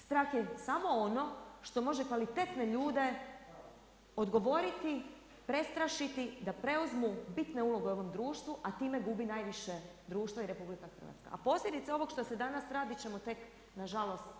Strah je samo ono što može kvalitetne ljude odgovoriti, prestrašiti da preuzmu bitne uloge u ovom društvu, a time gubi najviše društvo i RH, a posljedice ovog što se danas radi ćemo tek na žalost vidjeti.